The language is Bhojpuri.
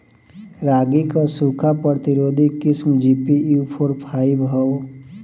रागी क सूखा प्रतिरोधी किस्म जी.पी.यू फोर फाइव ह?